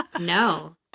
no